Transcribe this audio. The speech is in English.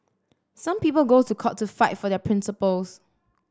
some people go to court to fight for their principles